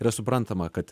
yra suprantama kad